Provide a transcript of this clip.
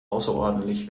außerordentlich